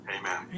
Amen